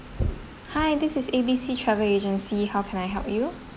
hi this is A B C travel agency how can I help you